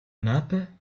naples